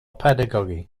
pedagogy